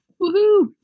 Woohoo